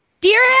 Dear